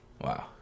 Wow